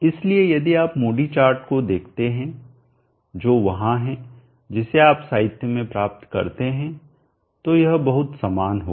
इसलिए यदि आप मूडी चार्ट को देखते हैं जो वहां है जिसे आप साहित्य में प्राप्त करते हैं तो यह बहुत समान होगा